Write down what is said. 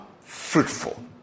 fruitful